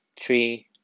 three